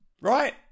Right